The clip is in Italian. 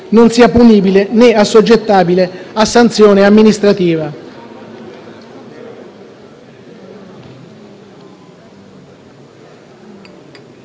non sia punibile né assoggettabile a sanzione amministrativa.